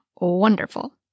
Wonderful